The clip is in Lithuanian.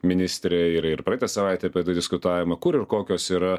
ministrė ir ir praeitą savaitę apie tai diskutuojama kur ir kokios yra